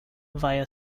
via